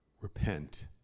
Repent